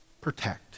Protect